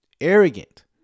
arrogant